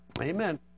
Amen